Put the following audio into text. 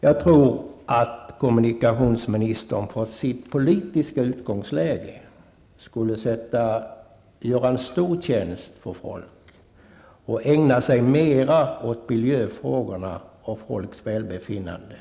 Jag tror att kommunikationsministern från sitt politiska utgångsläge skulle göra människor en stor tjänst om han ägnade sig mer åt miljöfrågorna och människors välbefinnande.